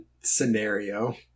scenario